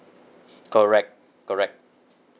correct correct